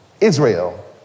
Israel